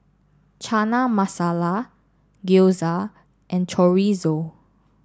Chana Masala Gyoza and Chorizo